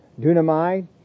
dunamai